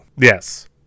yes